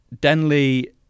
Denley